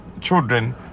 children